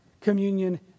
Communion